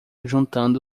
juntando